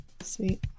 Sweet